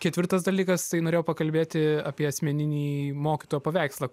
ketvirtas dalykas tai norėjau pakalbėti apie asmeninį mokytojo paveikslą